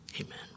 Amen